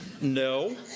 No